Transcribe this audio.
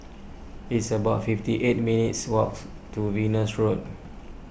it's about fifty eight minutes' walks to Venus Road